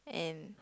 and